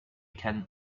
came